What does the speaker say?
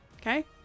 Okay